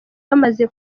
bamaze